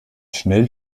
schnell